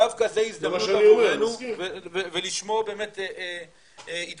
--- דווקא זו הזדמנות עבורנו ולשמו באמת התכנסנו,